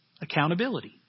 Accountability